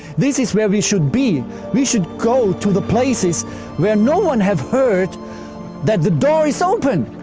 this is where we should be we should go to the places where no one has heard that the door is open!